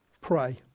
Pray